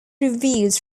reviews